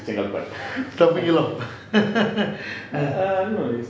தப்பிக்கலாம்:thapikalaam